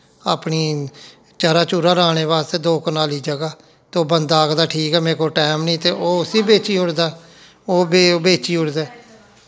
अपनी चरा चुरा रहाने बास्तै दो कनालीं जगह ते ओह् बंदा आखदा ठीक ऐ मेरे कोल टैम निं ते ओह् उस्सी बेच्ची ओड़दा ओह् बेची ओड़दे